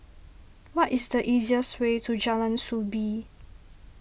what is the easiest way to Jalan Soo Bee